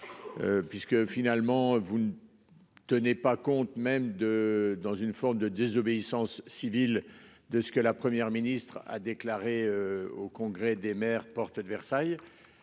Puisque finalement vous ne. Tenait pas compte même de dans une forme de désobéissance civile de ce que la Première ministre a déclaré au congrès des maires, Porte de Versailles.